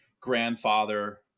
grandfather